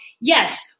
yes